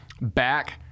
back